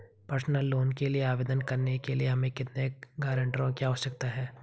Personal loan के लिए आवेदन करने के लिए हमें कितने गारंटरों की आवश्यकता है?